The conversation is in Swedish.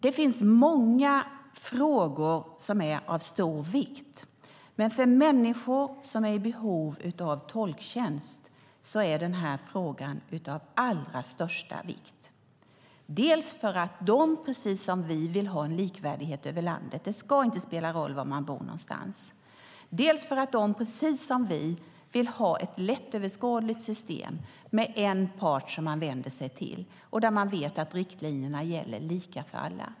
Det finns många frågor som är av stor vikt, men för människor i behov av tolktjänst är denna fråga av allra största vikt, dels för att de precis som vi vill ha likvärdighet över landet och att det inte ska spela någon roll var man bor någonstans, dels för att de precis som vi vill ha ett lättöverskådligt system med en part som man vänder sig till och där man vet att riktlinjerna gäller lika för alla.